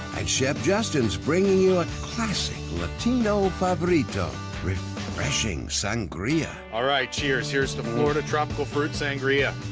i chef justin's bringing you a classic latino favorito refreshing sangria alright cheers here's to florida tropical fruit sangria